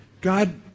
God